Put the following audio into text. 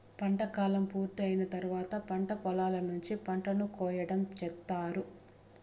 పంట కాలం పూర్తి అయిన తర్వాత పంట పొలాల నుంచి పంటను కోయటం చేత్తారు